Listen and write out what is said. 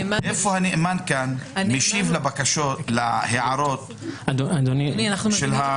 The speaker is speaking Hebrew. היכן הנאמן כאן משיב להערות הממונה?